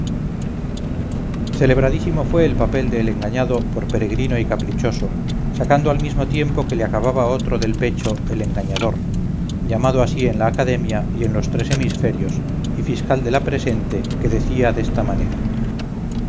celebradísimo fué el papel de el engañado por peregrino y caprichoso sacando al mismo tiempo que le acababa otro del pecho el engañador llamado así en la academia y en los tres hemisferios y fiscal de la presente que decía desta manera